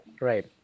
Right